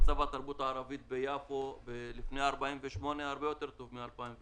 מצב התרבות הערבית ביפו לפני 48' היה הרבה יותר טוב מהמצב ב-2010,